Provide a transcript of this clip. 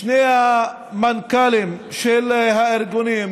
שני המנכ"לים של הארגונים,